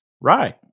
Right